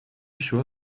sure